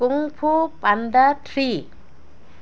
kung fu panda three